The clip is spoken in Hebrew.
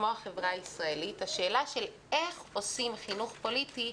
כמו החברה הישראלית השאלה של איך עושים חינוך פוליטי,